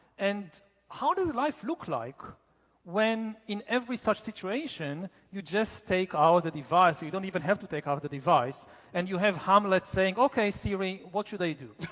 and how does life look like when in every such situation, you just take out the device. you don't even have to take out the device and you have hamlet saying okay siri, what should i do?